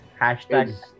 Hashtag